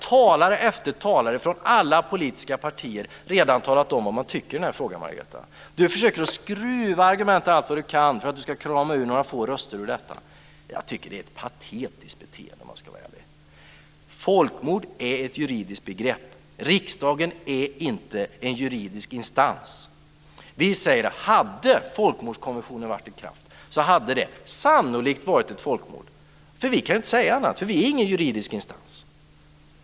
Talare efter talare från alla politiska partier har redan talat om vad man tycker i den frågan. Margareta Viklund försöker skruva argumenten allt vad hon kan för att krama ur några få röster. Jag tycker att det är ett patetiskt beteende, om jag ska vara ärlig. Folkmord är ett juridiskt begrepp. Riksdagen är inte en juridisk instans. Om folkmordskonventionen hade varit i kraft hade det sannolikt varit ett folkmord. Vi kan inte säga något annat, för vi är ingen juridisk instans.